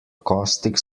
caustic